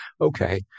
okay